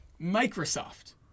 Microsoft